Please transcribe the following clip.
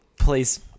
Please